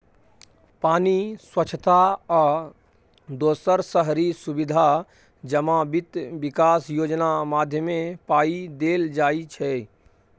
पानि, स्वच्छता आ दोसर शहरी सुबिधा जमा बित्त बिकास योजना माध्यमे पाइ देल जाइ छै